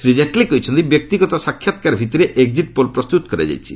ଶ୍ରୀ ଜେଟ୍ଲୀ କହିଛନ୍ତି ବ୍ୟକ୍ତିଗତ ସାକ୍ଷାତ୍କାର ଭିଭିରେ ଏକ୍ଜିଟ୍ ପୋଲ୍ ପ୍ରସ୍ତୁତ କରାଯାଇଛି